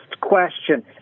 question